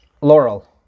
Laurel